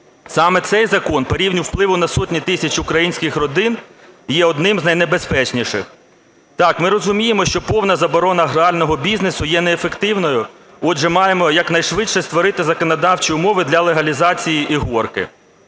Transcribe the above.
Саме цей закон по рівню впливу на сотні тисяч українських родин є одним з найнебезпечніших. Так, ми розуміємо, що повна заборона грального бізнесу є неефективною. Отже маємо створити якнайшвидше створити законодавчі умови для легалізації "ігорки".